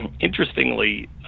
Interestingly